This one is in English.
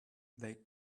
they